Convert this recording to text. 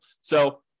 So-